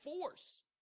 force